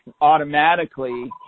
automatically